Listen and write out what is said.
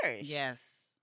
Yes